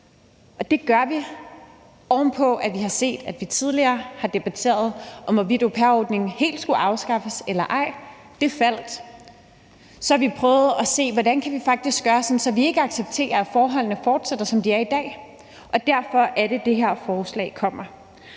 det gør vi oven på, at vi har set, at vi tidligere har debatteret om, hvorvidt au pair-ordningen helt skulle afskaffes eller ej. Det faldt. Så har vi prøvet at se på, hvordan vi faktisk kan gøre det, sådan at vi ikke accepterer, at forholdene fortsætter, som de er i dag, og derfor er det, det her forslag kommer.